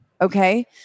Okay